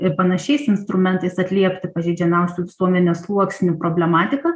ir panašiais instrumentais atliepti pažeidžiamiausių visuomenės sluoksnių problematiką